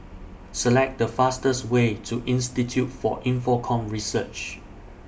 Select The fastest Way to Institute For Infocomm Research